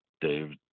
Dave